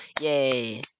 Yay